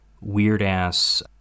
weird-ass